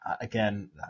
again